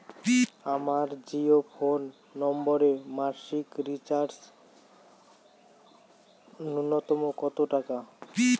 আমার জিও ফোন নম্বরে মাসিক রিচার্জ নূন্যতম কত টাকা?